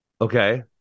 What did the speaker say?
Okay